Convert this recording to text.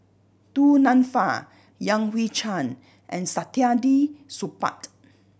Du Nanfa Yan Hui Chang and Saktiandi Supaat